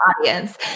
audience